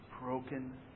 broken